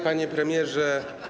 Panie Premierze!